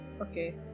Okay